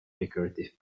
decorative